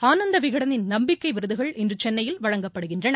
ஆனந்த் விகடனின் நம்பிக்கை விருதுகள் இன்று சென்னையில் வழங்கப்படுகின்றன